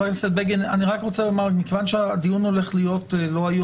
אני רק רוצה לומר שמכיוון שהדיון הולך להיות זריז